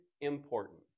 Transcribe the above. important